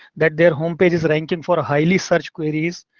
that their homepages rank and for a highly searched queries.